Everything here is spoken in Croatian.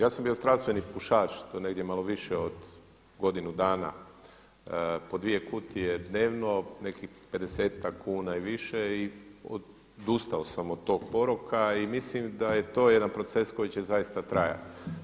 Ja sam bio strastveni pušač do negdje malo više od godinu dana po dvije kutije dnevno, nekih pedesetak kuna i više i odustao sam od tog poroka i mislim da je to jedan proces koji će zaista trajati.